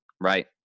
right